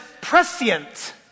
prescient